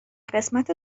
قسمت